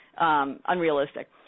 unrealistic